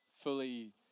fully